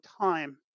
time